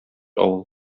авыл